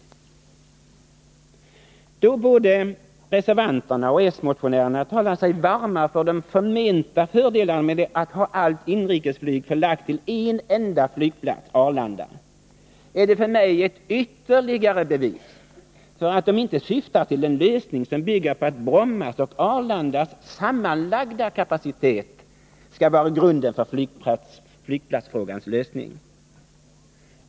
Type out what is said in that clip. Då både reservanterna och de socialdemokratiska motionärerna talar sig varma för de förmenta fördelarna med att ha allt inrikesflyg förlagt till en enda flygplats, Arlanda, är det för mig ett ytterligare bevis för att de inte syftar till en lösning som bygger på att Brommas och Arlandas sammanlagda kapacitet skall vara grunden för flygplatsfrågans lösning.